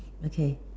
okay